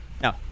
No